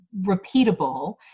repeatable